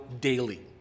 daily